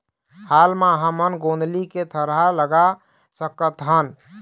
हाल मा हमन गोंदली के थरहा लगा सकतहन?